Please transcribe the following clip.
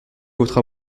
votre